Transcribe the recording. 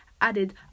added